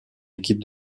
équipe